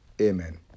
Amen